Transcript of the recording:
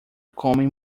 comem